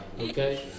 Okay